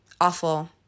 awful